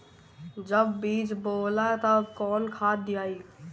जब बीज बोवाला तब कौन खाद दियाई?